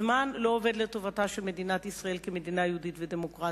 הזמן לא עובד לטובתה של מדינת ישראל כמדינה יהודית ודמוקרטית.